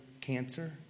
cancer